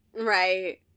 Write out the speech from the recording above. Right